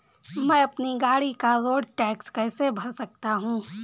मैं अपनी गाड़ी का रोड टैक्स कैसे भर सकता हूँ?